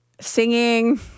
singing